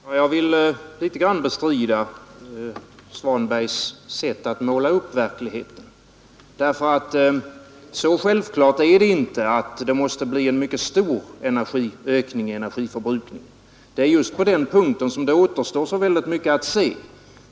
Herr talman! Jag vill litet grand bestrida riktigheten i herr Svanbergs sätt att måla upp verkligheten. Så självklart är det nämligen inte att det måste bli en mycket stor ökning av energiförbrukningen. Det är just på denna punkt som det återstår så oerhört mycket att ta ställning till.